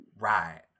Right